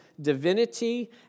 divinity